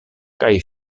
kaj